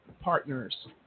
partners